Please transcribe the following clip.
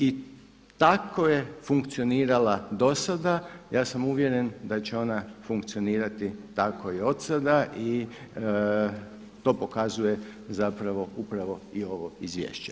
I tako je funkcionirala dosada, ja sam uvjeren da će ona funkcionirati tako i odsada i to pokazuje zapravo upravo i ovo izvješće.